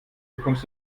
bekommst